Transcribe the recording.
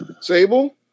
Sable